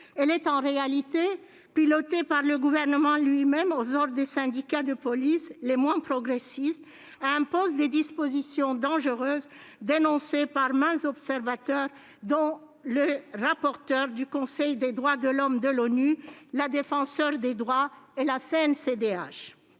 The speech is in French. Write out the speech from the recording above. Elle est en réalité pilotée par le Gouvernement, lui-même aux ordres des syndicats de police les moins progressistes, et impose des dispositions dangereuses, dénoncées par maints observateurs, dont les rapporteurs du Conseil des droits de l'homme de l'ONU, la Défenseure des droits et la CNCDH.